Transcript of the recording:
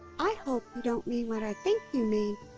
i hope you don't mean what i think you mean.